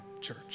church